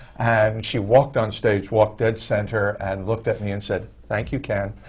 and she walked on stage, walked dead center and looked at me and said, thank you, ken.